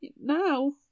now